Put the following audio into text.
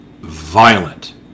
violent